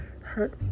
hurt